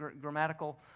grammatical